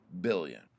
billion